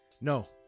No